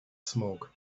smoke